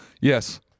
Yes